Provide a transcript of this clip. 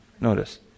Notice